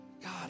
God